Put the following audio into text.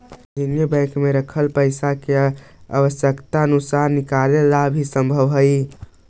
वाणिज्यिक बैंक में रखल पइसा के आवश्यकता अनुसार निकाले ला भी संभव हइ